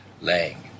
Lang